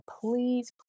please